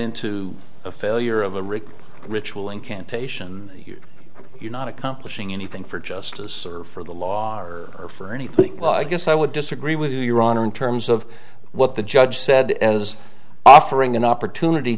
into a failure of the rick ritual incantation you're not accomplishing anything for justice or for the law or for anything well i guess i would disagree with you your honor in terms of what the judge said as offering an opportunity